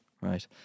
right